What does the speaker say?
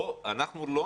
אלו